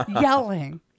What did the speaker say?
yelling